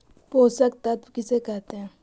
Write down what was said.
पोषक तत्त्व किसे कहते हैं?